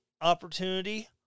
opportunity